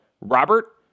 Robert